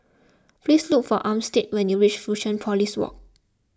please look for Armstead when you reach Fusionopolis Walk